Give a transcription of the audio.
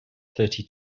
thirty